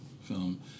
film